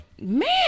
Man